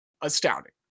Astounding